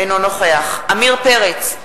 אינו נוכח עמיר פרץ,